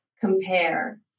compare